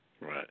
Right